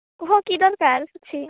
କୁହ କି ଦରକାର ଅଛି